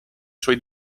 suoi